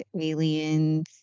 aliens